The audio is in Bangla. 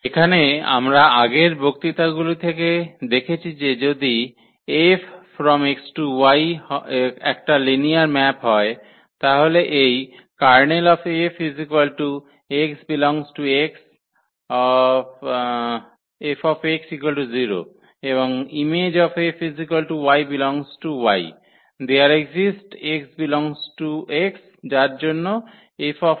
এখানে আমরা আগের বক্তৃতাগুলি থেকে দেখছি যে যদি 𝐹 X→Y একটা লিনিয়ার ম্যাপ হয় তাহলে এই Ker𝐹 x∈X 𝐹 0 এবং ImF y∈Y there exist x∈X যার জন্য 𝐹y